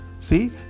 See